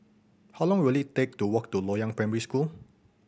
how long will it take to walk to Loyang Primary School